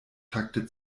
takte